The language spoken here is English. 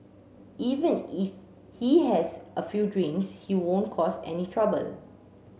even if he has a few drinks he won't cause any trouble